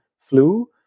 flu